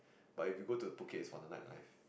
but if you go to Phuket it's for the night life